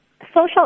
Social